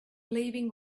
leaving